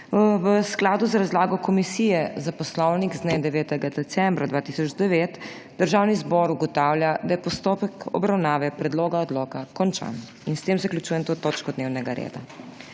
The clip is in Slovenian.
V skladu z razlago Komisije za poslovnik z dne 9. decembra 2009 Državni zbor ugotavlja, da je postopek obravnave predloga odloka končan. S tem zaključujem to točko dnevnega reda.